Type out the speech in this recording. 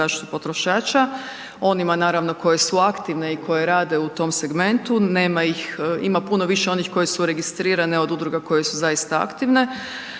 zaštitu potrošača, onima naravno koje su aktivne i koje rade u tom segmentu, nema ih, ima puno više onih koje su registrirane od udruga koje su zaista aktivne,